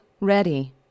ready